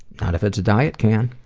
not if it's a diet can!